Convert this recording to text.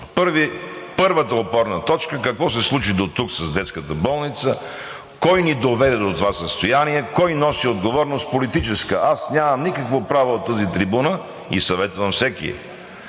Първата опорна точка: какво се случи дотук с детската болница, кой ни доведе до това състояние, кой носи политическа отговорност? Аз нямам никакво право от тази трибуна и съветвам всеки